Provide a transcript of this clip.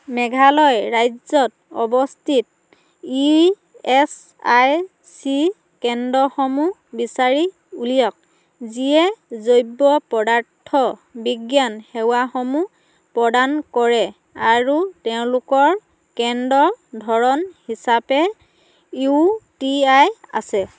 মেঘালয় ৰাজ্যত অৱস্থিত E S I C কেন্দ্ৰসমূহ বিচাৰি উলিৱাওক যিয়ে জৈৱ পদাৰ্থ বিজ্ঞান সেৱাসমূহ প্ৰদান কৰে আৰু তেওঁকোকৰ কেন্দ্ৰ ধৰণ হিচাপে ইউ টি আই আছে